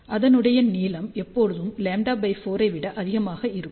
அதனுடைய நீளம் எப்போதும் λ4 ஐ விட அதிகமாக இருக்கும்